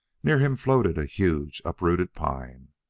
near him floated a huge, uprooted pine.